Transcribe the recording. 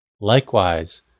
Likewise